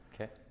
Okay